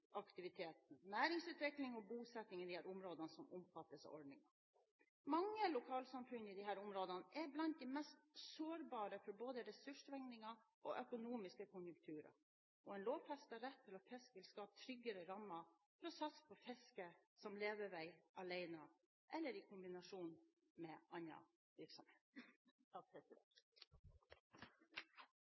næringsutvikling og bosetting i de områdene som omfattes av ordningen. Mange lokalsamfunn i disse områdene er blant de mest sårbare for både ressurssvingninger og økonomiske konjunkturer, og en lovfestet rett til å fiske vil skape tryggere rammer for å satse på fiske som levevei, alene eller i kombinasjon med annen virksomhet.